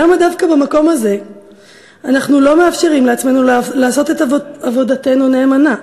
למה דווקא במקום הזה אנחנו לא מאפשרים לעצמנו לעשות את עבודתנו נאמנה?